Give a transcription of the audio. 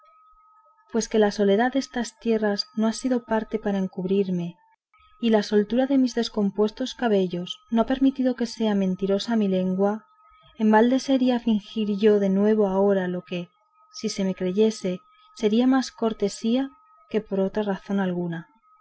pues que la soledad destas sierras no ha sido parte para encubrirme ni la soltura de mis descompuestos cabellos no ha permitido que sea mentirosa mi lengua en balde sería fingir yo de nuevo ahora lo que si se me creyese sería más por cortesía que por otra razón alguna